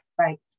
Right